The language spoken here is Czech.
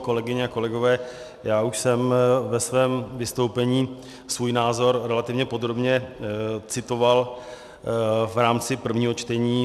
Kolegyně a kolegové, já už jsem ve svém vystoupení svůj názor relativně podrobně citoval v rámci prvního čtení.